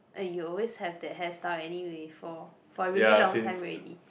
eh you always have that hairstyle anyway for for very long time already